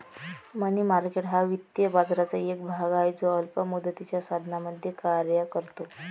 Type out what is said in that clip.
मनी market हा वित्तीय बाजाराचा एक भाग आहे जो अल्प मुदतीच्या साधनांमध्ये कार्य करतो